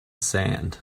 sand